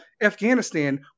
Afghanistan